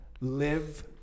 live